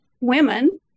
women